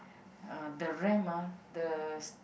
uh the ramp ah the